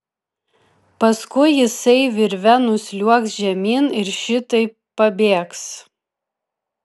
paskui jisai virve nusliuogs žemyn ir šitaip pabėgs